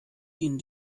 ihnen